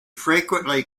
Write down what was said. frequently